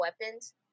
weapons